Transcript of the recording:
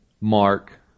mark